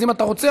אז אם אתה רוצה,